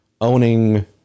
owning